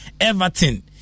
Everton